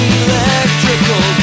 electrical